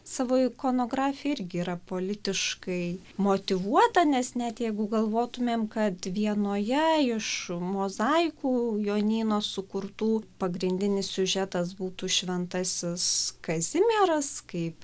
savo ikonografija irgi yra politiškai motyvuota nes net jeigu galvotumėm kad vienoje iš mozaikų jonyno sukurtų pagrindinis siužetas būtų šventasis kazimieras kaip